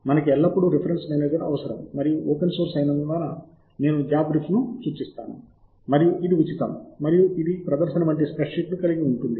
మనకి ఎల్లప్పుడూ reference manager అవసరం మరియు ఓపెన్ సోర్స్ అయినందున నేను జాబ్రీఫ్ను సూచిస్తాను మరియు ఇది ఉచితం మరియు ఇది ప్రదర్శన వంటి స్ప్రెడ్షీట్ కలిగి ఉంటుంది